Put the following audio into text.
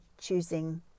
choosing